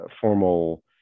formal